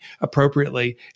appropriately